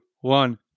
one